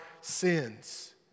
sins